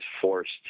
forced